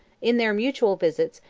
in their mutual visits,